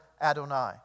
Adonai